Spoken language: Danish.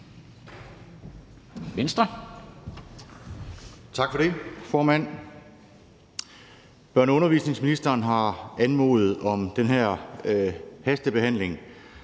Tak for det, formand. Undervisningsministeren har anmodet om den her hastebehandling